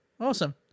Awesome